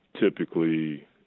typically